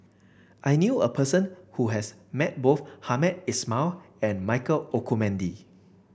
I knew a person who has met both Hamed Ismail and Michael Olcomendy